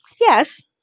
Yes